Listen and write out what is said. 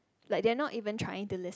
like they are not even trying to lis~